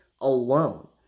alone